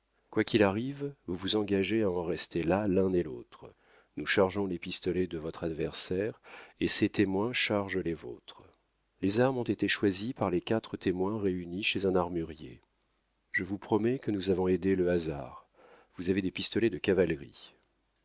quoi qu'il arrive vous vous engagez à en rester là l'un et l'autre nous chargeons les pistolets de votre adversaire et ses témoins chargent les vôtres les armes ont été choisies par les quatre témoins réunis chez un armurier je vous promets que nous avons aidé le hasard vous avez des pistolets de cavalerie